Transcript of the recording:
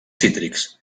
cítrics